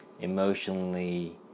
emotionally